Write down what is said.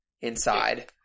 inside